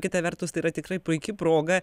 kita vertus tai yra tikrai puiki proga